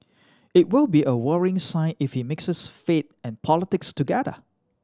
it will be a worrying sign if he mixes faith and politics together